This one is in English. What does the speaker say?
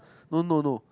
no no no